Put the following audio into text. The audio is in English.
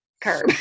curb